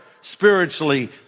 spiritually